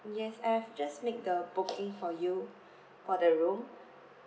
yes I have just make the booking for you for the room